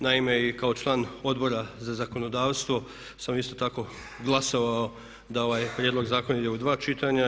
Naime, i kao član Odbora za zakonodavstvo sam isto tako glasovao da ovaj prijedlog zakona ide u dva čitanja.